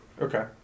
Okay